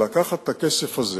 לקחת את הכסף הזה